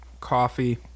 coffee